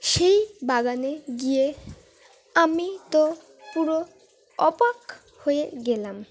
সেই বাগানে গিয়ে আমি তো পুরো অবাক হয়ে গেলাম